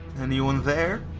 anyone there?